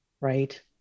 Right